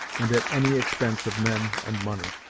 and at any expense of men and money.